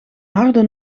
harde